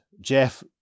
Jeff